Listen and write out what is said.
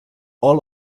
all